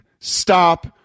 Stop